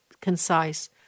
concise